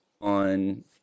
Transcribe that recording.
on